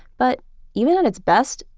but even at its best,